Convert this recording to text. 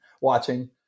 watching